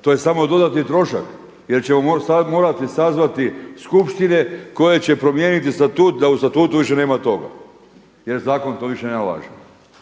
To je samo dodatni trošak, jer ćemo sad morati sazvati skupštine koje će promijeniti statut da u statutu više nema toga, jer zakon to više ne nalaže.